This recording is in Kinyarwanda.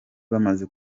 bamaze